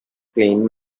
plane